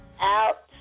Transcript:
out